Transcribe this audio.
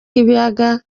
ibiyaga